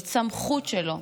זאת סמכות שלו.